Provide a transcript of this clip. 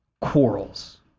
quarrels